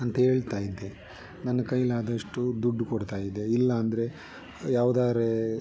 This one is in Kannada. ಅಂಥೇಳ್ತಾಯಿದ್ದೆ ನನ್ನ ಕೈಲಾದಷ್ಟು ದುಡ್ಡು ಕೊಡ್ತಾಯಿದ್ದೆ ಇಲ್ಲಾಂದ್ರೆ ಯಾವ್ದಾರೆ